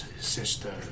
sister